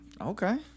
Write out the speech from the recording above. Okay